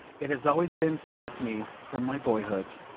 it has always been so with me from my boyhood.